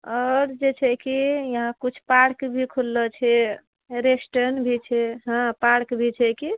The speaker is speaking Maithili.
आओर जे छै की यहाँ कुछ पार्क भी खुललौ छै रेस्टूरेंट भी छै हँ पार्क भी छै की